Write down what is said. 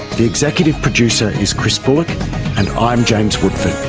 the executive producer is chris bullock and i'm james woodford